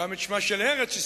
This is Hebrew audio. גם את שמה של ארץ-ישראל,